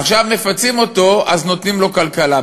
עכשיו מפצים אותו, אז נותנים לו כלכלה.